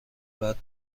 بعد